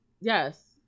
Yes